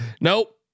Nope